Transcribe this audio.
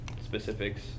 specifics